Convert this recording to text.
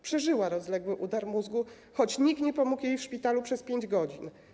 Przeżyła rozległy udar mózgu, choć nikt nie pomógł jej w szpitalu przez 5 godzin.